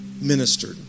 ministered